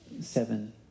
Seven